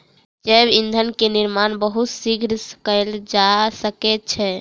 जैव ईंधन के निर्माण बहुत शीघ्र कएल जा सकै छै